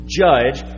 judge